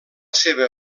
seva